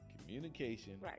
Communication